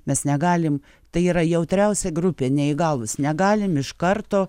mes negalim tai yra jautriausia grupė neįgalūs negalim iš karto